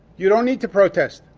you don't need to protest.